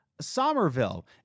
Somerville